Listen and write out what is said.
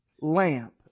lamp